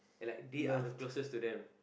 like they are the closest to them